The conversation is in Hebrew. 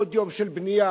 עוד יום של בנייה,